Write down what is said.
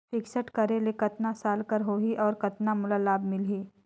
Fixed करे मे कतना साल कर हो ही और कतना मोला लाभ मिल ही?